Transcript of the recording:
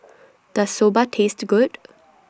Does Soba Taste Good